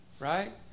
right